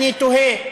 אני תוהה,